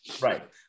Right